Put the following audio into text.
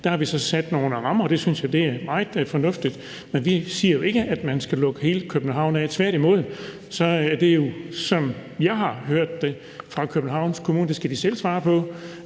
Der har vi så sat nogle rammer, og det synes jeg er meget fornuftigt, men vi siger jo ikke, at man skal lukke hele København af. Tværtimod er det jo, som jeg har hørt det fra Københavns Kommune, sådan – det skal de selv svare på